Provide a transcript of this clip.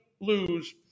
lose